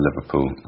Liverpool